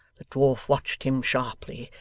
the dwarf watched him sharply,